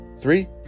three